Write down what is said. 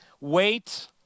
wait